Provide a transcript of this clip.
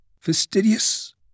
fastidious